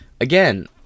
again